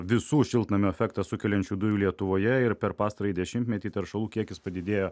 visų šiltnamio efektą sukeliančių dujų lietuvoje ir per pastarąjį dešimtmetį teršalų kiekis padidėjo